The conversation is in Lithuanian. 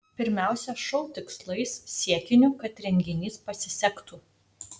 pirmiausia šou tikslais siekiniu kad renginys pasisektų